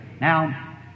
Now